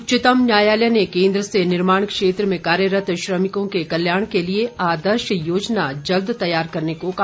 उच्चतम न्यायालय ने केंद्र से निर्माण क्षेत्र में कार्यरत श्रमिकों के कल्याण के लिए आदर्श योजना जल्द तैयार करने को कहा